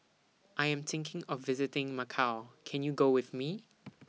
I Am thinking of visiting Macau Can YOU Go with Me